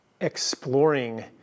exploring